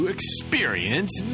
Experience